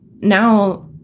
now